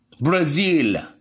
Brazil